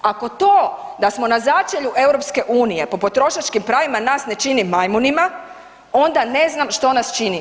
Ako to da smo na začelju EU po potrošačkim pravima nas ne čini majmunima onda ne znam što nas čini.